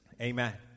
Amen